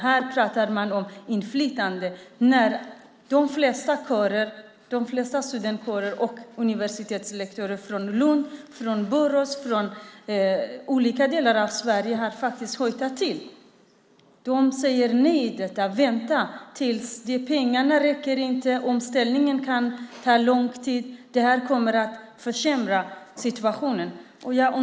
Här pratar man om inflytande när de flesta studentkårer och universitetslektorer från Lund, från Borås och från olika delar av Sverige har hojtat till. De säger nej till detta. Vänta, pengarna räcker inte! Omställningen kan ta lång tid. Det här kommer att försämra situationen.